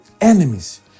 enemies